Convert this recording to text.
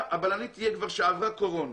הבלנית תהיה מישהי שכבר הייתה חולה בקורונה,